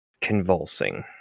convulsing